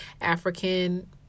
African